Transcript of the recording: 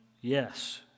Yes